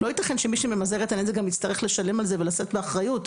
לא ייתכן שמי שממזער את הנזק גם יצטרך לשלם על זה ולשאת באחריות.